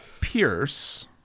Pierce